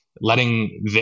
letting